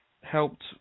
helped